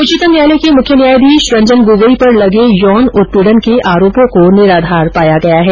उच्चतम न्यायालय के मुख्य न्यायाधीश रंजन गोगोई पर लगे यौन उत्पीड़न के आरोपों को निराधार पाया गया है